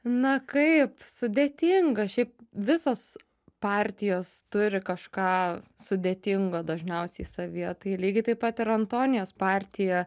na kaip sudėtinga šiaip visos partijos turi kažką sudėtingo dažniausiai savyje tai lygiai taip pat ir antonijos partija